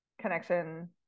connection